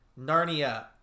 Narnia